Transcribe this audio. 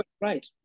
right